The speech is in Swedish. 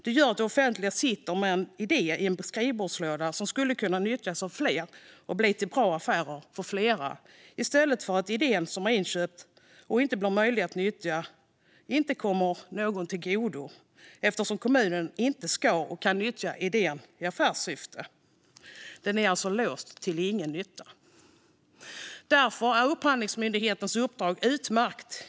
Det gör att det offentliga sitter med en idé i en skrivbordslåda som skulle kunna nyttjas av fler och bli till bra affärer för flera i stället för att den inköpta idén inte blir möjlig att nyttja och därmed inte kommer någon till godo eftersom kommunen inte ska och kan nyttja idén i affärssyfte. Idén är alltså låst till ingen nytta. Därför är Upphandlingsmyndighetens uppdrag utmärkt.